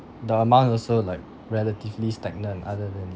the amount also like relatively stagnant other than